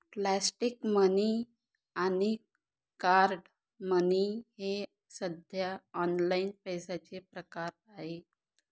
plastic money आणि card money हे सध्या ऑनलाइन पैशाचे प्रकार आहेत